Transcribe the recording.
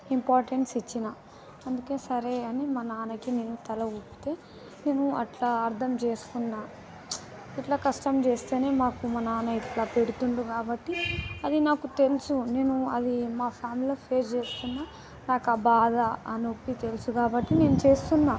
importance ఇచ్చినా అందుకే సరే అని మా నాన్నకి నేను తల ఊపితే నేను అట్లా అర్థం చేసుకున్నాను ఇట్లా కష్టం చేస్తేనే మాకు మా నాన్న ఇట్లా పెడతాడు కాబట్టి అది నాకు తెలుసు నేను అది మా ఫ్యామిలీలో ఫేస్ చేస్తున్నాను నాకు బాధ ఆ నొప్పి తెలుసు కాబట్టి నేను చేస్తున్నాను